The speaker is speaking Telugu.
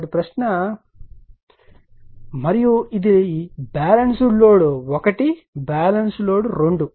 కాబట్టి ప్రశ్న మరియు ఇది బ్యాలెన్స్ లోడ్ 1 బ్యాలెన్స్ లోడ్ 2